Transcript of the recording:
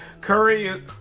Curry